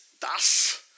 das